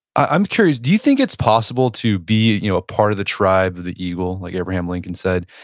i'm curious, do you think it's possible to be you know a part of the tribe of the eagle, like abraham lincoln said,